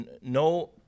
No